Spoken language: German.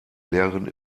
lehrerin